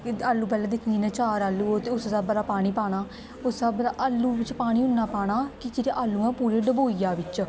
आलू पैह्लें दिक्खी लैने चार आलू हो ते उस स्हाबै दा पानी पाना ते उस स्हाबै दा आलू बिच्च पानी इन्ना पाना कि जेह्ड़े आलू ऐं ओह् पूरे डुबोई जा बिच्च